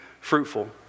fruitful